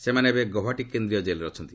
ସେମାନେ ଏବେ ଗୌହାଟି କେନ୍ଦ୍ରୀୟ ଜେଲ୍ରେ ଅଛନ୍ତି